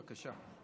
בבקשה.